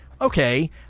okay